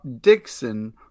Dixon